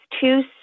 two